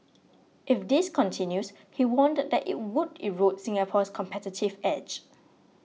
if this continues he warned that it would erode Singapore's competitive edge